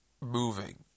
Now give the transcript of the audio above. moving